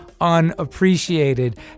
unappreciated